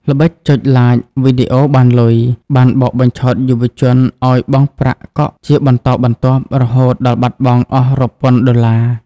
ល្បិច "ចុច Like វីដេអូបានលុយ" បានបោកបញ្ឆោតយុវជនឱ្យបង់ប្រាក់កក់ជាបន្តបន្ទាប់ រហូតដល់បាត់បង់អស់រាប់ពាន់ដុល្លារ។